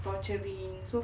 torturing so